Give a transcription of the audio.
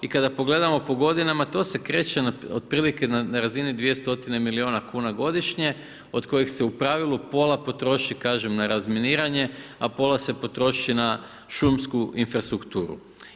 I kada pogledamo po godinama to se kreće otprilike na razini 2 stotine milijuna kuna godišnje od kojih se u pravilu pola potroši kažem na razminiranje, a pola se potroši na šumsku infrastrukturu.